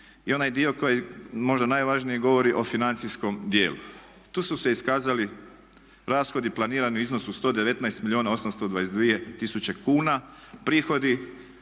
I onaj dio koji možda najvažnije govori o financijskom dijelu. Tu su se iskazali rashodi planirani u iznosu od 119 milijuna 822